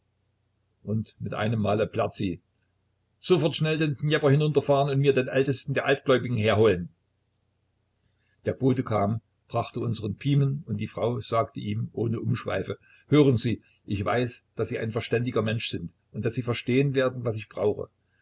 und mit einem male plärrt sie sofort schnell den dnjepr hinunterfahren und mir den ältesten der altgläubigen herholen der bote kam brachte unseren pimen und die frau sagte ihm ohne umschweife hören sie ich weiß daß sie ein verständiger mensch sind und daß sie verstehen werden was ich brauche